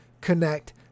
connect